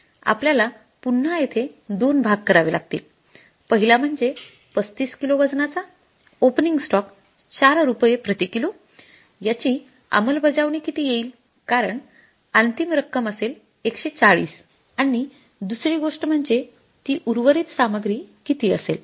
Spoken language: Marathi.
आपल्याला पुन्हा येथे दोन भाग करावे लागतील पहिला म्हणजे 35 किलो वजनाचा ओपनिंग स्टॉक 4 रुपये प्रति किलो याची अंमलबजावणी किती येईल कारण अंतिम रक्कम असेल १४० आणि दुसरी गोष्ट म्हणजे ती उर्वरित सामग्री किती असेल